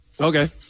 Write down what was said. Okay